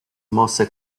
mosse